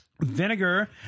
Vinegar